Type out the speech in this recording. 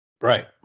Right